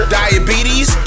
diabetes